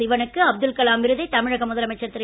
சிவனுக்கு அப்துல்கலாம் விருதை தமிழக முதலமைச்சர் திரு